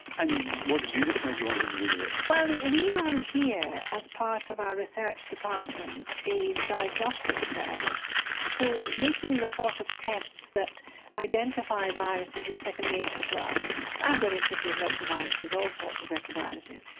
and what did you decide what you wanted to do with it? well we run here as part of our research department a diagnostic service so making the sort of tests that identify viruses is second nature to us and we're interested in retroviruses, all sorts of retroviruses.